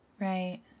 Right